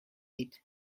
weed